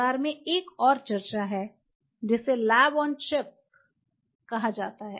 बाजार में एक और चर्चा है जिसे लैब ऑन अ चिप कहा जाता है